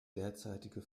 derzeitige